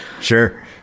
Sure